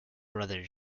brother